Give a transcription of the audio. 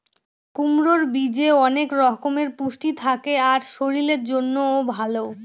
কুমড়োর বীজে অনেক রকমের পুষ্টি থাকে আর শরীরের জন্যও ভালো